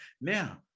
now